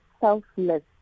selfless